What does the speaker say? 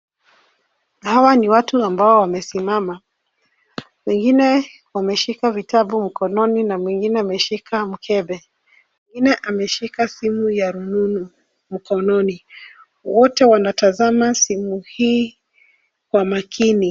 Hawa ni watu ambao wamesimama, wengine wameshika vitabu mkononi na mwingine ameshika mkebe, mwingine ameshika simu ya rununu mkononi. Wote wanatazama simu hii kwa makini.